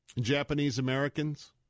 Japanese-Americans